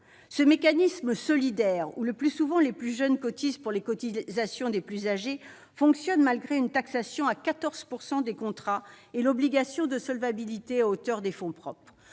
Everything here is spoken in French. Ce mécanisme solidaire dans lequel les plus jeunes cotisent le plus souvent pour les plus âgés fonctionne malgré une taxation à 14 % des contrats et l'obligation de solvabilité à hauteur des fonds propres.